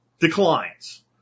declines